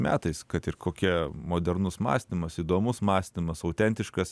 metais kad ir kokia modernus mąstymas įdomus mąstymas autentiškas